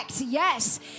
yes